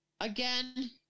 again